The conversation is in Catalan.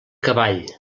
cavall